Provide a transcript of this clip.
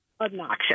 obnoxious